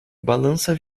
balança